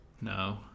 no